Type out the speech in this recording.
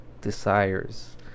desires